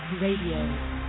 Radio